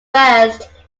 first